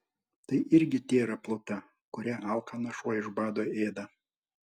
tai irgi tėra pluta kurią alkanas šuo iš bado ėda